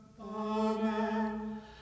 Amen